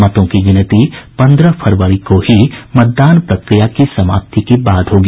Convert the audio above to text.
मतों की गिनती पन्द्रह फरवरी को ही मतदान प्रक्रिया की समाप्ति के बाद होगी